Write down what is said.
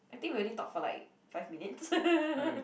I think we only talk for like five minutes